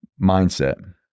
mindset